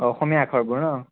অসমীয়া আখৰবোৰ ন'